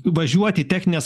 važiuot į techninės